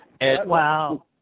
Wow